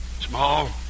small